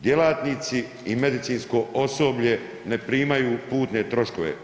Djelatnici i medicinsko osoblje ne primaju putne troškove.